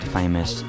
famous